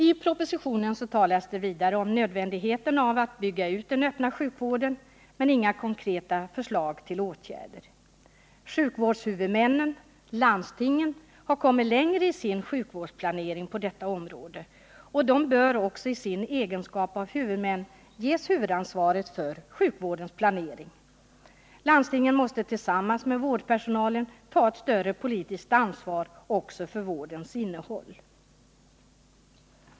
I propositionen talas det om nödvändigheten av att bygga ut den öppna sjukvården, men inga konkreta förslag till åtgärder ges. Sjukvårdshuvudmännen, «landstingen, har kommit längre i sin sjukvårdsplanering på detta område. De bör också i sin egenskap av huvudmän ges huvudansvaret för sjukvårdens planering. Landstingen måste tillsammans med vårdpersonalen ta ett större politiskt ansvar också för vårdens innehåll.